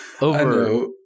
over